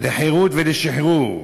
לחירות ולשחרור.